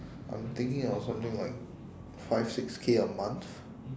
I'm thinking of something like five six K a month